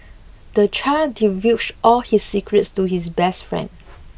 the child divulged all his secrets to his best friend